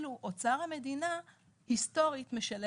זה בעצם הדרך של החברה הישראלית להגיד,